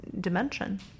dimension